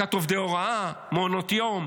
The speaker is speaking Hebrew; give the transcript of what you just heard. העסקת עובדי הוראה, מעונות יום.